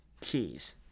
Cheese